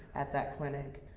at that clinic,